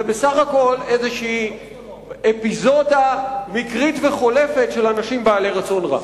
בסך הכול איזו אפיזודה מקרית וחולפת של אנשים בעלי רצון רע.